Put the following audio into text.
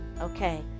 okay